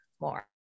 more